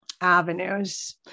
avenues